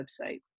website